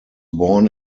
born